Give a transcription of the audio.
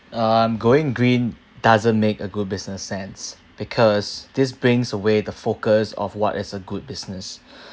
um going green doesn't make a good business sense because this brings away the focus of what is a good business